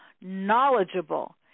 knowledgeable